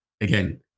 again